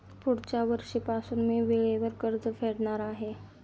पुढच्या वर्षीपासून मी वेळेवर कर्ज फेडणार आहे